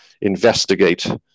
investigate